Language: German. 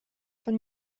von